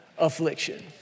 affliction